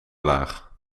laag